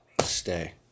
Stay